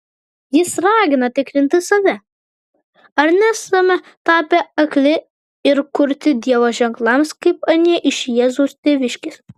jis ragina tikrinti save ar nesame tapę akli ir kurti dievo ženklams kaip anie iš jėzaus tėviškės